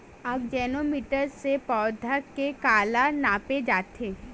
आकजेनो मीटर से पौधा के काला नापे जाथे?